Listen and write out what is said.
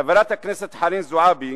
חברת הכנסת חנין זועבי